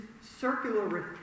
circular